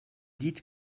dites